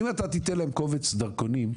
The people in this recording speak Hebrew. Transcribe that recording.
אם אתה תתן להם קובץ דרכונים,